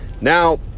Now